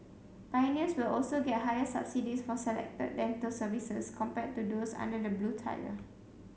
pioneers will also get higher subsidies for selected dental services compared to those under the blue tire